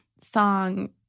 song